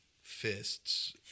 Fists